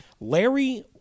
Larry